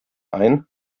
ein